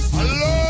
Hello